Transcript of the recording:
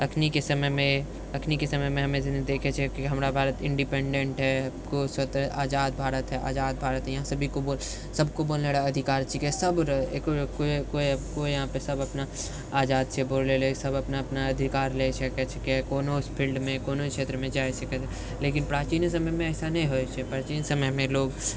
अखनिके समयमे हमे सनि देखै छियै कि हमर भारत इन्डिपेन्डेन्ट है कुछ सभ तरह आजाद भारत यहाँ सभी को वोट सभको अधिकार छिके सभरे कोइ यहाँ पर सभ अपना आजाद छै वोट दैले सभ अपना अपना अधिकार ले सकै छिके कोनो फिल्ड मे कोनो क्षेत्रमे जाइ छिके लेकिन प्राचीन समयमे ऐसा नहि होइ प्राचीन समयमे लोक